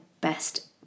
best